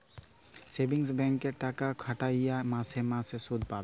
savings ব্যাংকে টাকা খাটাইলে মাসে মাসে সুদ পাবে